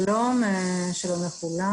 שלום לכולם.